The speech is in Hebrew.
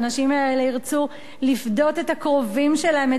האנשים האלה ירצו לפדות את הקרובים שלהם,